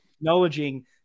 acknowledging